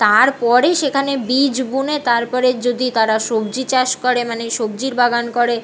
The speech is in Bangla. তারপরেই সেখানে বীজ বুনে তারপরে যদি তারা সবজি চাষ করে মানে সবজির বাগান করে